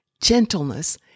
gentleness